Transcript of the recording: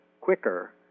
quicker